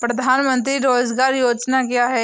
प्रधानमंत्री रोज़गार योजना क्या है?